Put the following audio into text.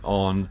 on